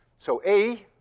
so a